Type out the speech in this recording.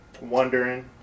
Wondering